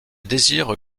désire